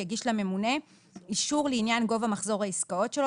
יגיש לממונה אישור לעניין גובה מחזור העסקאות שלו,